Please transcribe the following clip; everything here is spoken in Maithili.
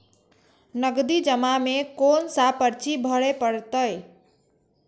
नगदी जमा में कोन सा पर्ची भरे परतें?